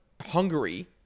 Hungary